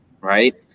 right